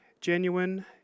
genuine